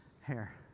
hair